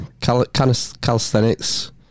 calisthenics